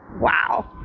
Wow